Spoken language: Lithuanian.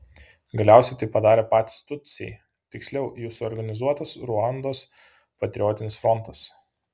galiausiai tai padarė patys tutsiai tiksliau jų suorganizuotas ruandos patriotinis frontas